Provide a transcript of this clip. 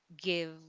give